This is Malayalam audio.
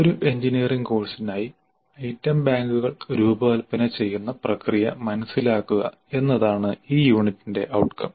ഒരു എഞ്ചിനീയറിംഗ് കോഴ്സിനായി ഐറ്റം ബാങ്കുകൾ രൂപകൽപ്പന ചെയ്യുന്ന പ്രക്രിയ മനസിലാക്കുക എന്നതാണ് ഈ യൂണിറ്റിന്റെ ഔട്ട്കം